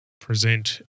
present